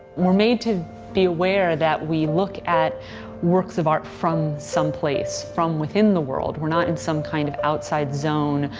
we're made to be aware that we look at works of art from some place, from within the world. we're not in some kind of outside zone,